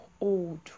old